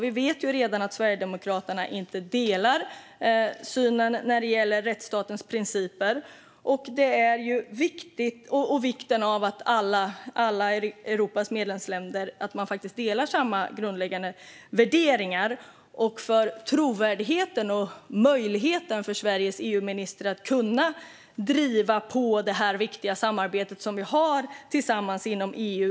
Vi vet ju redan att Sverigedemokraterna inte delar synen när det gäller rättsstatens principer och vikten av att alla Europas medlemsländer delar samma grundläggande värderingar. Det gäller trovärdigheten och möjligheten för Sveriges EU-minister att kunna driva på det viktiga samarbete vi har tillsammans inom EU.